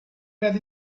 bed